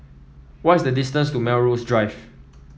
what is the distance to Melrose Drive